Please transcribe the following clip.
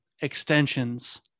extensions